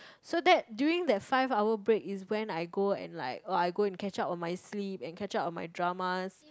so that during that five hour break is when I go and like oh I go and catch up on my sleep and catch up on my dramas